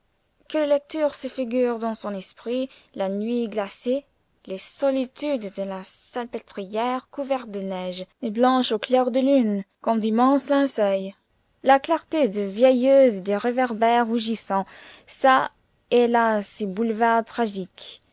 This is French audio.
lecteur se figure dans son esprit la nuit glacée les solitudes de la salpêtrière couvertes de neige et blanches au clair de lune comme d'immenses linceuls la clarté de veilleuse des réverbères rougissant çà et là ces boulevards tragiques